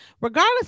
regardless